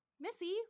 Missy